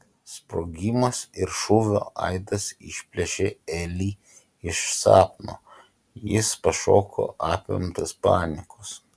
sprogimas ir šūvio aidas išplėšė elį iš sapno jis pašoko apimtas panikos